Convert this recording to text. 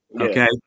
okay